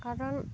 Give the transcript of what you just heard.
কাৰণ